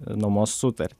nuomos sutartį